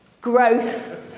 growth